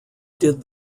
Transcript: did